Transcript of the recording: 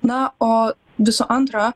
na o visų antra